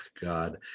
God